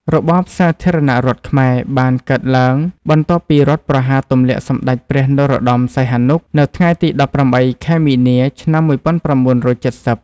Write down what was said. របបសាធារណរដ្ឋខ្មែរបានកើតឡើង បន្ទាប់ពីរដ្ឋប្រហារទម្លាក់សម្ដេចព្រះ នរោត្តម សីហនុ នៅថ្ងៃទី១៨ ខែមីនា ឆ្នាំ១៩៧០។